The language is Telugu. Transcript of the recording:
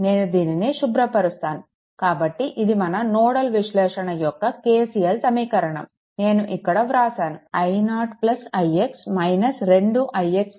నేను దీనిని శుభ్రపరుస్తాను కాబట్టి ఇది మన నోడల్ విశ్లేషణ యొక్క KCL సమీకరణం నేను ఇక్కడ వ్రాసాను i0 ix 2ix V0 4